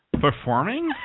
Performing